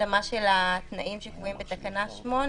התאמה של התנאים שקבועים בתקנה 8,